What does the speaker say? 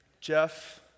Jeff